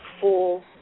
Full